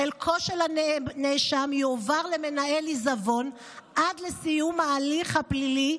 חלקו של הנאשם יועבר למנהל עיזבון עד לסיום ההליך הפלילי,